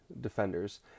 defenders